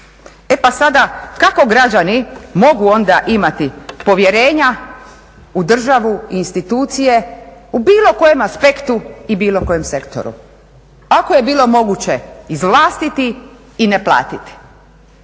E pa sada, kako građani mogu onda imati povjerenja u državu i institucije u bilo koje aspektu i bilo kojem sektoru? Ako je bilo moguće izvlastiti i ne platiti.